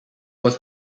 was